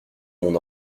mon